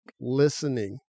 listening